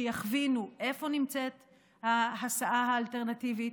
שיכווינו איפה נמצאת ההסעה האלטרנטיבית.